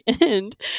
end